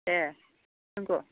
ए नंगौ